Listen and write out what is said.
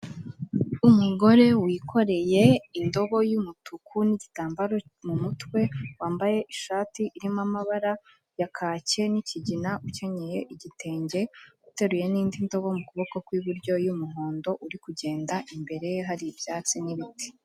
Umugore wikoreye indobo y'umutuku n'igitambaro mu mutwe, wambaye ishati irimo amabara ya kake n'kigina, ukenyeye igitenge, uteruye n'indi ndobo mu kuboko kw'iburyo y'umuhondo, uri kugenda, imbere ye hari ibyatsi n'ibiti.